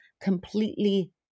completely